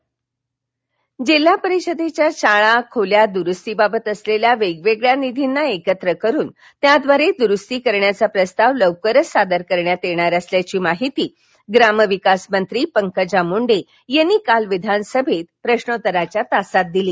विधानसभा जिल्हा परिषदेच्या शाळा खोल्या दुरुस्तीबाबत असलेल्या वेगवेगळ्या निधींना एकत्र करुन त्याद्वारे दुरुस्ती करण्याचा प्रस्ताव लवकरच सादर करण्यात येणार असल्याची माहिती ग्रामविकासमंत्री पंकजा मुंडे यांनी काल विधानसभेत प्रश्नोत्तराच्या तासात दिली